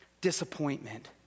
Disappointment